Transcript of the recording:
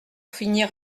finir